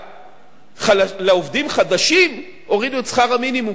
ולעובדים חדשים הורידו את שכר המינימום,